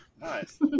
nice